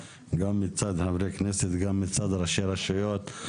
גם מצד חברי כנסת וגם מצד ראשי רשויות.